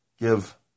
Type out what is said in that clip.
give